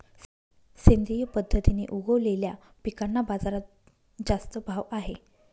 सेंद्रिय पद्धतीने उगवलेल्या पिकांना बाजारात जास्त भाव आहे